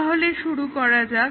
তাহলে শুরু করা যাক